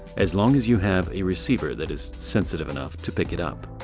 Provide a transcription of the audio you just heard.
as long as you have a receiver that is sensitive enough to pick it up.